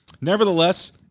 nevertheless